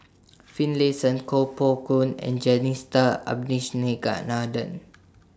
Finlayson Koh Poh Koon and Jacintha Abisheganaden